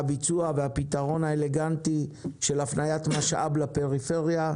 והביצוע והפתרון האלגנטי של הפניית משאב לפריפריה,